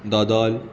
दोदोल